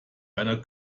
einer